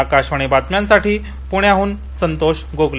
आकाशवाणी बातम्यांसाठी पुण्याहून संतोष गोगले